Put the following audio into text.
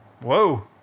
Whoa